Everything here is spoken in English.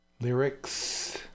Lyrics